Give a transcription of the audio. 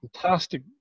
fantastic